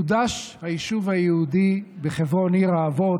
חודש היישוב היהודי בחברון עיר האבות